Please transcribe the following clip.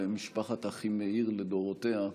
על משפחת אחימאיר לדורותיה.